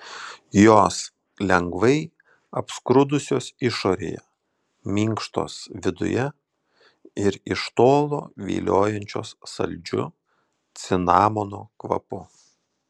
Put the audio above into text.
jos lengvai apskrudusios išorėje minkštos viduje ir iš tolo viliojančios saldžiu cinamono kvapu